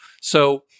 So-